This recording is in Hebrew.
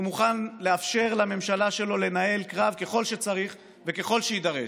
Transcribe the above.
והוא מוכן לאפשר לממשלה שלו לנהל קרב ככל שצריך וככל שיידרש.